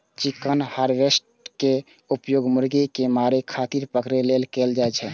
chicken harvester के उपयोग मुर्गी कें मारै खातिर पकड़ै लेल कैल जाइ छै